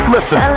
Listen